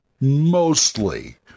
mostly